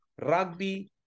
rugby